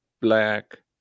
black